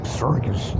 circus